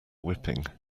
whipping